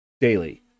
daily